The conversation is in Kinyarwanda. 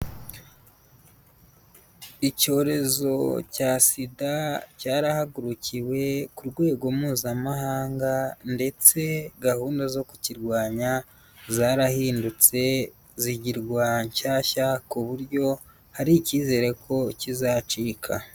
Icyorezo cya sida cyarahagurukiwe ku rwego mpuzamahanga ndetse gahunda zo kukirwanya zarahindutse zigirwa nshyashya ku buryo hari icyizere ko kizacika.